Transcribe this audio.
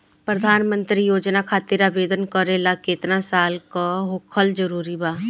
प्रधानमंत्री योजना खातिर आवेदन करे ला केतना साल क होखल जरूरी बा?